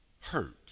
hurt